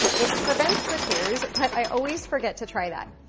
it prevents the tears but i always forget to try that.